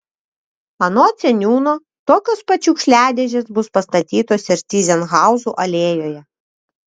anot seniūno tokios pat šiukšliadėžės bus pastatytos ir tyzenhauzų alėjoje